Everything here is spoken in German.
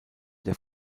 der